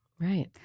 Right